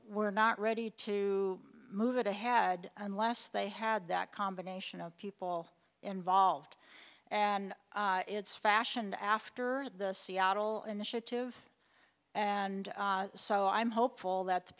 we're not ready to move into had unless they had that combination of people involved and it's fashioned after the seattle initiative and so i'm hopeful that the